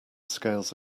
scales